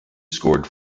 scored